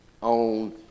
on